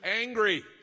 angry